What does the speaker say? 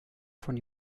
von